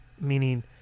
Meaning